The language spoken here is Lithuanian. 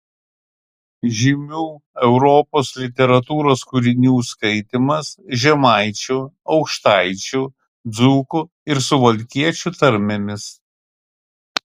žymių europos literatūros kūrinių skaitymas žemaičių aukštaičių dzūkų ir suvalkiečių tarmėmis